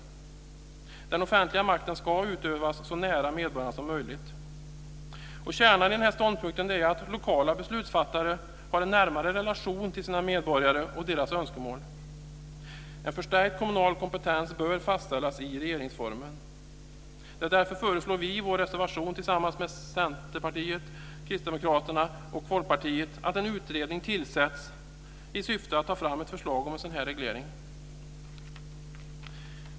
Den offentliga makten ska utövas så nära medborgarna som möjligt. Kärnan i denna ståndpunkt är att lokala beslutsfattare har en närmare relation till sina medborgare och deras önskemål. En förstärkt kommunal kompetens bör fastställas i regeringsformen. Därför föreslår vi i vår reservation tillsammans med Centerpartiet, Kristdemokraterna och Folkpartiet att en utredning tillsätts i syfte att ta fram förslag om en sådan reglering.